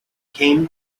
came